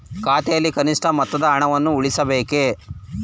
ಖಾತೆಯಲ್ಲಿ ಕನಿಷ್ಠ ಮೊತ್ತದ ಹಣವನ್ನು ಉಳಿಸಬೇಕೇ?